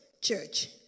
church